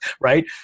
Right